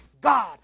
God